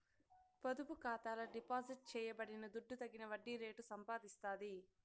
పొదుపు ఖాతాల డిపాజిట్ చేయబడిన దుడ్డు తగిన వడ్డీ రేటు సంపాదిస్తాది